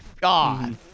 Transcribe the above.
god